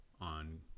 on